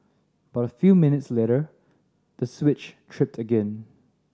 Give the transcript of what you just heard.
but a few minutes later the switch tripped again